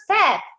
step